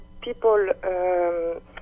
people